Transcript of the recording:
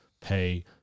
pay